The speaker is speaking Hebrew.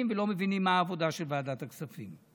ולא מבינים מה העבודה של ועדת הכספים.